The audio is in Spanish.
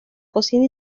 cocina